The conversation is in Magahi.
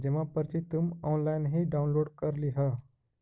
जमा पर्ची तुम ऑनलाइन ही डाउनलोड कर लियह